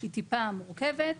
היא טיפה מורכבת.